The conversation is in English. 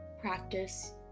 practice